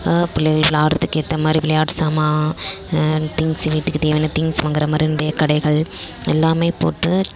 பிள்ளைங்க விளையாடறத்துக்கு ஏற்ற மாதிரி விளையாட்டு சாமான் திங்க்ஸ் வீட்டுக்கு தேவையான திங்க்ஸ் வாங்கற மாதிரி நிறைய கடைகள் எல்லாமே போட்டு